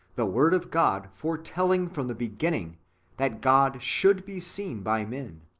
the word of god foretelling from the beginning that god should be seen by men,